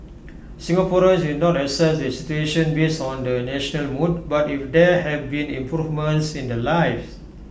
Singaporeans will not assess the situation based on the national mood but if there have been improvements in their lives